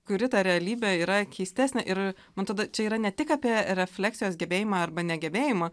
kuri ta realybė yra keistesnė ir man atrodo čia yra ne tik apie refleksijos gebėjimą arba negebėjimą